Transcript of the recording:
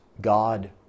God